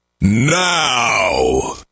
NOW